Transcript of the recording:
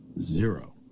zero